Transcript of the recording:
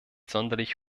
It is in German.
sonderlich